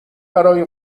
برای